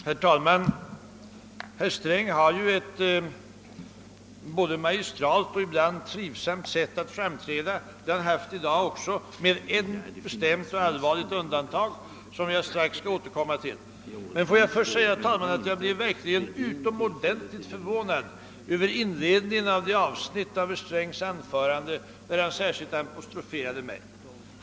Herr talman! Herr Sträng har ju ett både magistralt och ibland trivsamt sätt att framträda. Det har han haft i dag också — med ett bestämt och allvarligt undantag som jag strax skall återkomma till. Får jag först säga, herr talman, att jag blev utomordentligt förvånad över inledningen till det avsnitt av herr Strängs anförande, där han särskilt apostroferade mig.